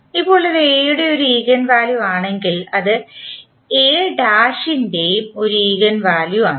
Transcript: ഇപ്പോൾ ഇത് A യുടെ ഒരു ഈഗൻ വാല്യു ആണെങ്കിൽ അത് ൻറെയും ഒരു ഈഗൻ വാല്യു ആണ്